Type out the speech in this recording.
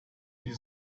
die